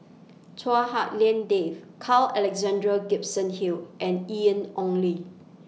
Chua Hak Lien Dave Carl Alexander Gibson Hill and Ian Ong Li